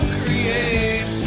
create